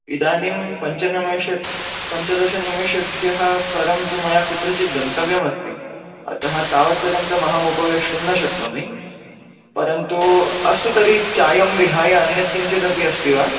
इदानीं पञ्चनिमेषे पञ्चदशनिमेषेभ्यः परं तु मया कुत्रचित् गन्तव्यमस्ति अतः तावत्पर्यन्तमहमुपवेष्टुं न शक्नोमि परन्तु अस्तु तर्हि चायं विहाय अन्यत् किञ्चिदपि अस्ति वा